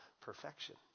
perfection